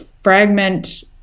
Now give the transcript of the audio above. fragment